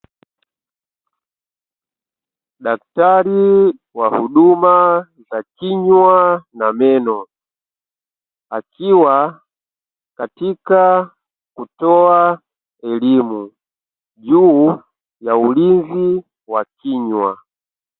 Daktari wa huduma za kinywa na meno akiwa katika kutoa elimu juu ya ulinzi wa kinywa.